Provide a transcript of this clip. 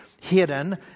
hidden